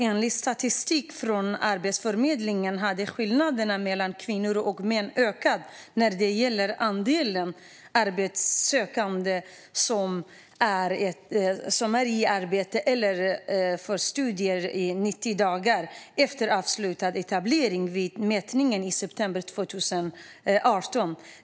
Enligt statistik från Arbetsförmedlingen har skillnaderna mellan kvinnor och män ökat när det gäller andelen arbetssökande som är i arbete eller studier 90 dagar efter avslutad etablering sedan förra mätningen gjordes i september 2018.